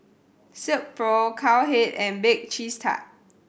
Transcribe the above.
Silkpro Cowhead and Bake Cheese Tart